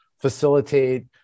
facilitate